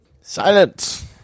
Silence